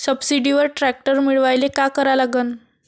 सबसिडीवर ट्रॅक्टर मिळवायले का करा लागन?